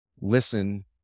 listen